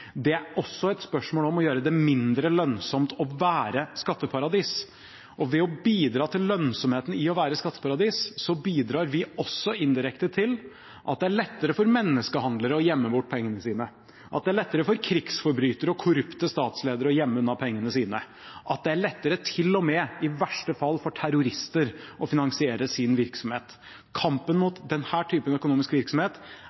det er også et spørsmål om å gjøre det mindre lønnsomt å være skatteparadis. Ved å bidra til lønnsomheten i å være skatteparadis bidrar vi også indirekte til at det er lettere for menneskehandlere å gjemme bort pengene sine, at det er lettere for krigsforbrytere og korrupte statsledere å gjemme unna pengene sine, og at det til og med i verste fall er lettere for terrorister å finansiere sin virksomhet. Kampen